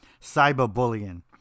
cyberbullying